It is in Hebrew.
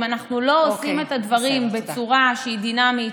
אם אנחנו לא עושים את הדברים בצורה שהיא דינמית,